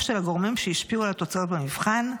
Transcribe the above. של הגורמים שהשפיעו על התוצאות במבחן,